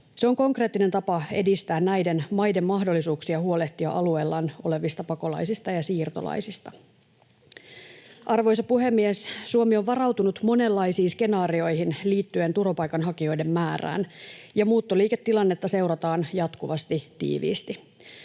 Se on konkreettinen tapa edistää näiden maiden mahdollisuuksia huolehtia alueellaan olevista pakolaisista ja siirtolaisista. Arvoisa puhemies! Suomi on varautunut monenlaisiin skenaarioihin liittyen turvapaikanhakijoiden määrään, ja muuttoliiketilannetta seurataan jatkuvasti tiiviisti.